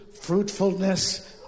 fruitfulness